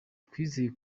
twizeye